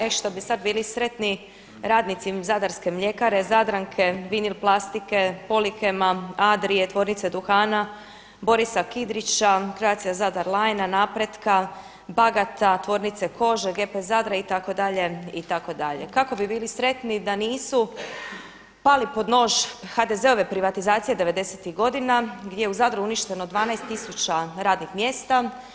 E što bi sada bili sretni radnici Zadarske mljekare Zadranke, Vinil plastike, Polikema, Adrije tvornice duhana, Borisa Kidrića, Croatia Zadar linea, Napretka, Bagata, Tvornice kože GP Zadra itd. kako bi bili sretni da nisu pali pod nož HDZ-ove privatizacije 90-tih godina gdje je u Zadru uništeno 12 tisuća radnih mjesta.